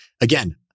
Again